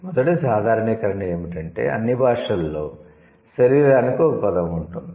మొదటి సాధారణీకరణ ఏమిటంటే అన్ని భాషలలో 'శరీరానికి' ఒక పదం ఉంటుంది